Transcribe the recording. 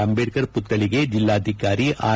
ಅಂಬೇಡ್ತರ್ ಪುತ್ವಳಗೆ ಜಿಲ್ಲಾಧಿಕಾರಿ ಆರ್